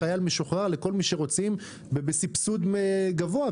לחייל משוחרר ולכל מי שרוצה בסבסוד גבוה.